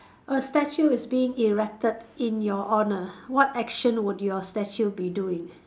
a statue is being erected in your honour what action would your statue be doing